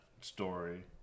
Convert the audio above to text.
story